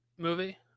movie